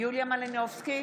יוליה מלינובסקי,